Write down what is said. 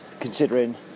considering